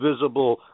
visible